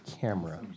camera